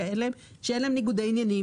לראות שאין להם ניגודי עניינים.